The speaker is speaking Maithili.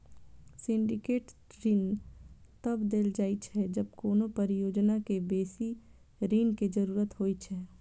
सिंडिकेट ऋण तब देल जाइ छै, जब कोनो परियोजना कें बेसी ऋण के जरूरत होइ छै